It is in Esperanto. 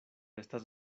estas